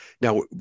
Now